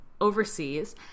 overseas